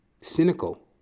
Cynical